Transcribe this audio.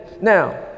Now